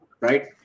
right